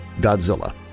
Godzilla